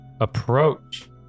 approach